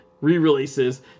re-releases